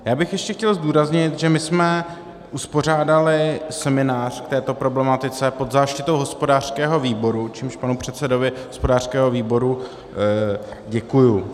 Já bych ještě chtěl zdůraznit, že my jsme uspořádali seminář k této problematice pod záštitou hospodářského výboru, čímž panu předsedovi hospodářského výboru děkuju.